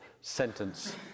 sentence